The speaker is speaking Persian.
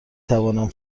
توانم